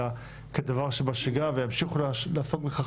אלא כדבר שבשגרה ואני בטוח שימשיכו לעסוק בכך